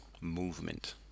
movement